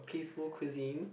peaceful cuisine